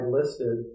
listed